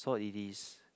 so it is